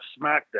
smackdown